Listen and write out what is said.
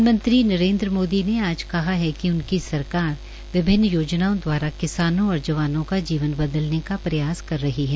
प्रधानमंत्री नरेन्द्र मोदी ने आज कहा है कि उनकी सरकार विभिन्न योजनाओं द्वारा किसानों और जवानों का जीवन बदलने का प्रयास कर रही है